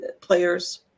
players